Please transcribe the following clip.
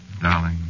Darling